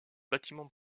bâtiment